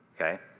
okay